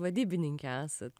vadybininkė esat